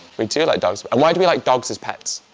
we do like dogs and why do we like dogs as pets?